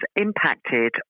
impacted